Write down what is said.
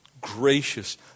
Gracious